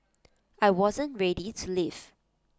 I wasn't ready to leave